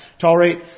tolerate